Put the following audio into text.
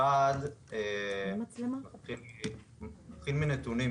נתחיל מנתונים.